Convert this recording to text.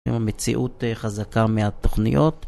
המציאות חזקה מהתוכניות